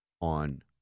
on